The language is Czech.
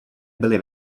byly